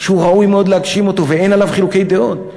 שראוי מאוד להגשים אותו ואין עליו חילוקי דעות: